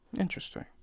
interesting